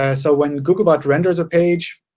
ah so when googlebot renders a page,